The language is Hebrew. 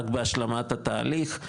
רק בהשלמת התהליך,